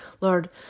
Lord